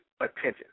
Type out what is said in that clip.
attention